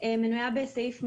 מנויה בסעיף 253(ד)